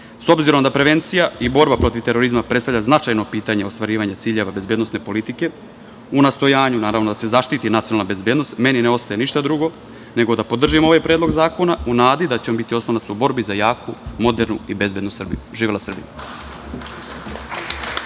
obzirom da prevencija i borba protiv terorizma predstavlja značajno pitanje ostvarivanje ciljeva bezbednosne politike, u nastojanju da se zaštiti bezbednost, meni ne ostaje ništa drugo, nego da podržim ovaj predlog zakona u nadi da će biti oslonac u borbi za jaku, modernu i bezbednu Srbiju. Živela Srbija.